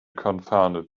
confounded